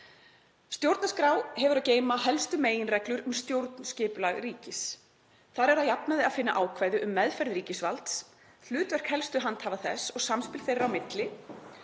„Stjórnarskrá hefur að geyma helstu meginreglur um stjórnskipulag ríkis. Þar er að jafnaði að finna ákvæði um meðferð ríkisvalds, hlutverk helstu handhafa þess og samspil þeirra á milli,